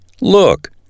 look